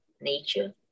nature